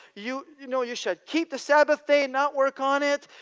you you know you should keep the sabbath day, not work on it,